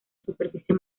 superficie